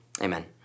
Amen